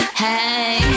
Hey